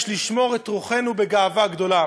ויש לשמור את רוחנו בגאווה גדולה.